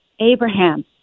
Abraham